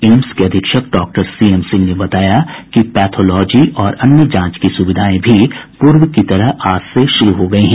AIIMS के अधीक्षक doctor C M Singh ने बताया कि पैथोलॉजी और अन्य जांच की सुविधाएं भी पूर्व की तरह आज से शुरू हो गयी हैं